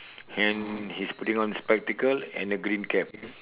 and he's putting on spectacle and a green cap